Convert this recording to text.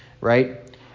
right